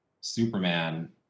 Superman